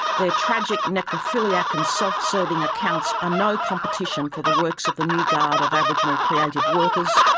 their tragic, necrophiliac and self-serving accounts are no competition for the works of the new guard of aboriginal creative workers,